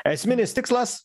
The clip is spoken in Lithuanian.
esminis tikslas